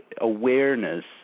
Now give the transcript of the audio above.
awareness